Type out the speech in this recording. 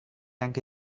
anche